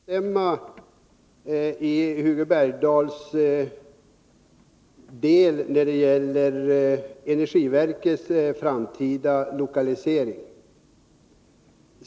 Herr talman! Låt mig börja med att instämma i Hugo Bergdahls anförande i den del som gäller energiverkets framtida lokalisering.